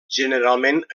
generalment